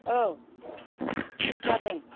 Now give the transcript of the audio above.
औ खोनादों